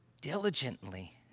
diligently